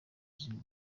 izuba